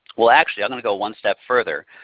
well actually i'm going to go one step further.